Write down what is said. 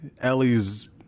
Ellie's